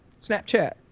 Snapchat